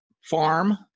farm